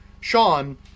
sean